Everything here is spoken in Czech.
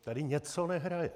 Tady něco nehraje.